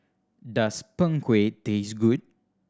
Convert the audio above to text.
does Png Kueh taste good